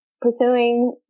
pursuing